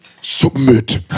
Submit